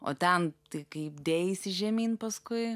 o ten taip kaip dėjaisi žemyn paskui